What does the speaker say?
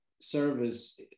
service